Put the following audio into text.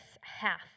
half